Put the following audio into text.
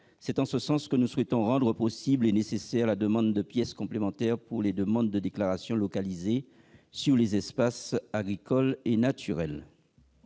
C'est pourquoi nous souhaitons rendre possible et même nécessaire la demande de pièces complémentaires pour les demandes et déclarations localisées sur les espaces agricoles et naturels.